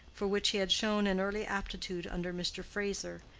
for which he had shown an early aptitude under mr. fraser,